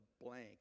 blank